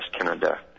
Canada